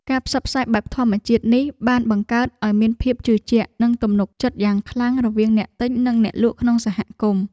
ការផ្សព្វផ្សាយបែបធម្មជាតិនេះបានបង្កើតឱ្យមានភាពជឿជាក់ និងទំនុកចិត្តយ៉ាងខ្លាំងរវាងអ្នកទិញនិងអ្នកលក់ក្នុងសហគមន៍។